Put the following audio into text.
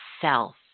self